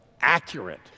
accurate